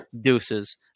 deuces